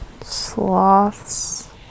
Sloths